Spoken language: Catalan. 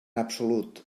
absolut